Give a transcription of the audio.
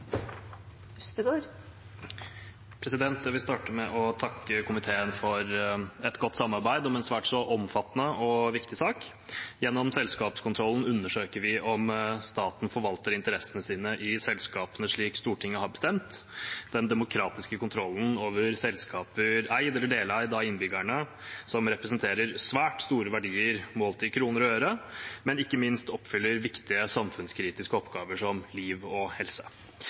Jeg vil starte med å takke komiteen for et godt samarbeid om en svært så omfattende og viktig sak. Gjennom selskapskontrollen undersøker vi om staten forvalter interessene sine i selskapene slik Stortinget har bestemt. Det er den demokratiske kontrollen over selskaper eid eller deleid av innbyggerne som representerer svært store verdier målt i kroner og øre, men som ikke minst oppfyller viktige samfunnskritiske oppgaver som liv og helse.